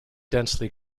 densely